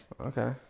Okay